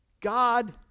God